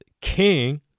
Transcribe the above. king